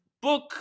book